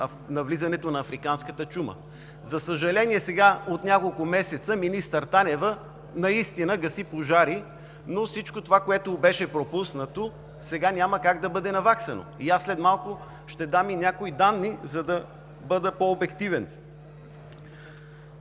навлизането на африканската чума. За съжаление, от няколко месеца министър Танева наистина гаси пожари, но всичко това, което беше пропуснато, сега няма как да бъде наваксано. След малко ще дам и някои данни, за да бъда по-обективен.